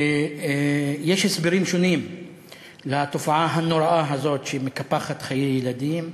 ויש הסברים שונים לתופעה הנוראה הזאת שמקפחת חיי ילדים: